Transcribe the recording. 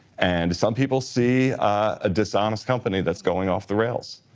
and some people see a dishonest company that's going off the rails.